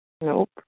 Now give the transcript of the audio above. Nope